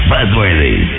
Buzzworthy